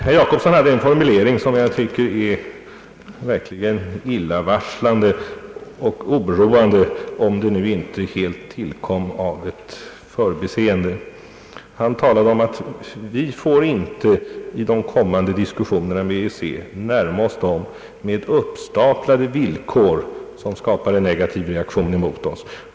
Herr Jacobsson hade en formulering, som jag tycker är verkligt illavarslande och oroande, om den nu inte helt enkelt har tillkommit genom ett förbiseende. Han sade, att vi i de kommande diskussionerna med EEC inte får närma oss gemensamma marknaden »med uppstaplade villkor», som skapar en negativ reaktion mot oss.